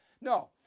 No